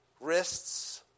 wrists